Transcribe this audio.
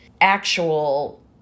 actual